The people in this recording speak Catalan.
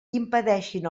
impedeixin